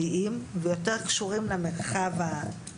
לקבל מועמד ליישוב